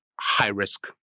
high-risk